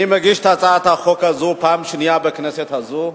אני מגיש את הצעת החוק הזו פעם שנייה בכנסת הזו.